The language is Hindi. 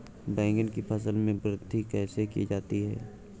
बैंगन की फसल में वृद्धि कैसे की जाती है?